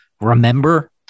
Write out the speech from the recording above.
remember